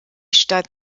stadt